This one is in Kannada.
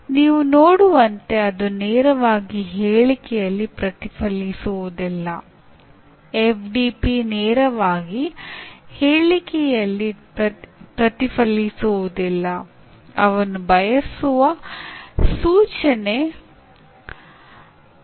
ನೀವು ವಿದ್ಯಾರ್ಥಿಗಳು ಉನ್ನತ ಕಲಿಕೆಯ ಕೌಶಲ್ಯಗಳನ್ನು ಪಡೆಯುವ ಹಾಗೆ ಅವರನ್ನು ಹಂತಗಳಿಗೆ ಹೇಗೆ ಕರೆದೊಯ್ಯುತ್ತೀರಿ ಮತ್ತು ಇದಕ್ಕೆ ಪೂರ್ವಾಪೇಕ್ಷಿತಗಳು ಯಾವುವು ಮತ್ತು ನೀವು ಅವುಗಳನ್ನು ಹೇಗೆ ಅನುಕ್ರಮಗೊಳಿಸುತ್ತೀರಿ